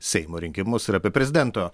seimo rinkimus ir apie prezidento